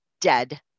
dead